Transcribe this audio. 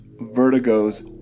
Vertigo's